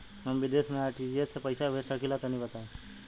हम विदेस मे आर.टी.जी.एस से पईसा भेज सकिला तनि बताई?